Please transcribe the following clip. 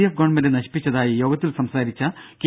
F government നശിപ്പിച്ചതായി യോഗത്തിൽ സംസാരിച്ച കെ